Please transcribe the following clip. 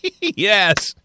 Yes